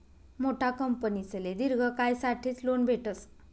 मोठा कंपनीसले दिर्घ कायसाठेच लोन भेटस